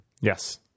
Yes